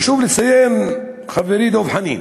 חשוב לציין, חברי דב חנין,